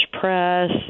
Press